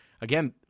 Again